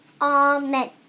Amen